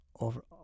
over